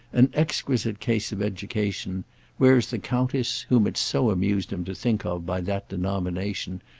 an exquisite case of education whereas the countess, whom it so amused him to think of by that denomination,